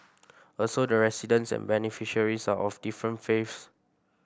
also the residents and beneficiaries are of different faiths